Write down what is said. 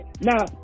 Now